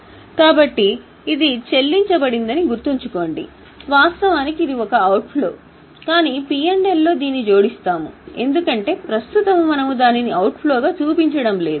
కాబట్టి ఇది చెల్లించబడిందని గుర్తుంచుకోండి వాస్తవానికి ఇది ఒక అవుట్ ఫ్లో కానీ P L లో దీన్ని జోడిస్తాము ఎందుకంటే ప్రస్తుతం మనము దానిని అవుట్ ఫ్లోగా చూపించడం లేదు